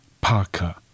Parker